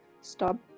stop